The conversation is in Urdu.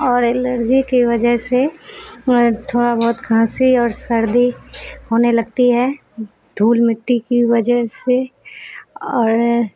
اور الرجی کی وجہ سے تھوڑا بہت کھانسی اور سردی ہونے لگتی ہے دھول مٹی کی وجہ سے اور